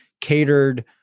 catered